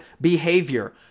behavior